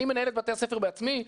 אני מנהל את בתי הספר בעצמי?